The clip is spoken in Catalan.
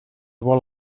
vol